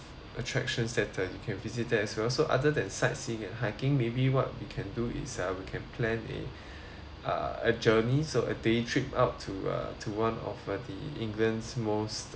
attraction sector you can visited as well so other than sightseeing and hiking maybe what we can do is uh we can plan a ah a journey so a day trip up to uh to one of uh the england's most